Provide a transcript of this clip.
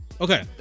Okay